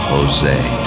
Jose